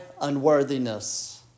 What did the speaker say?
unworthiness